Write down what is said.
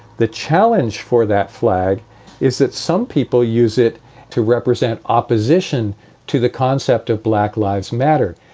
the challenge for that flag is that some people use it to represent opposition to the concept of black lives matter.